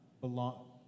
belong